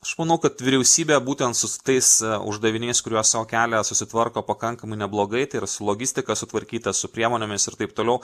aš manau kad vyriausybė būtent su tais uždaviniais kuriuos sau kelia susitvarko pakankamai neblogai tai ir su logistika sutvarkyta su priemonėmis ir taip toliau